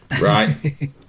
Right